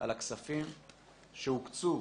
על הכספים שהוקצו